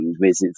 visits